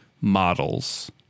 models